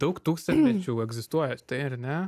daug tūkstantmečių egzistuoja tai ar ne